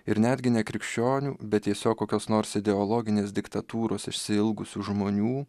ir netgi ne krikščionių bet tiesiog kokios nors ideologinės diktatūros išsiilgusių žmonių